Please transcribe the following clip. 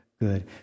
good